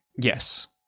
Yes